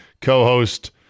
co-host